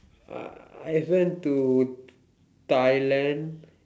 I I went to Thailand